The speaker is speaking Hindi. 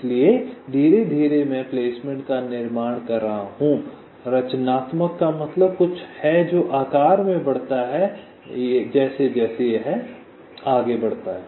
इसलिए धीरे धीरे मैं प्लेसमेंट का निर्माण कर रहा हूं रचनात्मक का मतलब कुछ है जो आकार में बढ़ता है जैसे जैसे यह आगे बढ़ता है